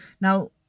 now